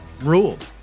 ruled